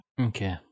Okay